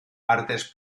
artes